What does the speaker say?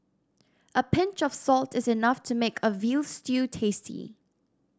a pinch of salt is enough to make a veal stew tasty